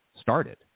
started